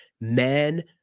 men